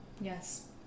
Yes